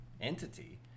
entity